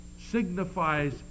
signifies